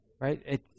right